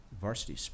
varsity